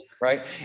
Right